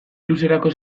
luzerako